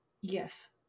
yes